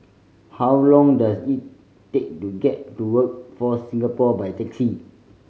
how long does it take to get to Workforce Singapore by taxi